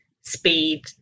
speed